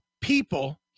people